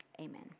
Amen